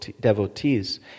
devotees